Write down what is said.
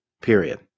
period